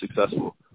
successful